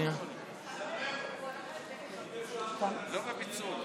רק הפיצול.